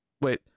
Wait